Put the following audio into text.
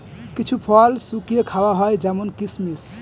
কিছু ফল শুকিয়ে খাওয়া হয় যেমন কিসমিস